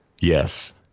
Yes